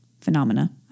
phenomena